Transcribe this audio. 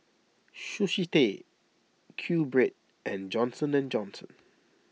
Sushi Tei Qbread and Johnson and Johnson